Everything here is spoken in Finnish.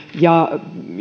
ja